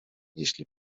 jeżeli